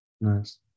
nice